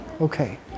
Okay